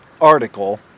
article